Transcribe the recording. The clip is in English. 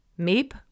Meep